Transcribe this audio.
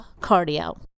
cardio